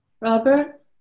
Robert